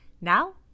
Now